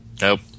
Nope